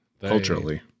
culturally